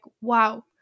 wow